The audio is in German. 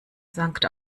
sankt